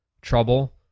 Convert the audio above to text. trouble